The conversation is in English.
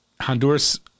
Honduras